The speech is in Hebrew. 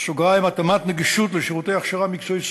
(התאמת נגישות לשירותי הכשרה מקצועית),